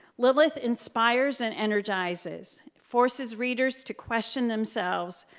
lilith inspires and energizes, forces readers to question themselves,